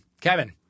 Kevin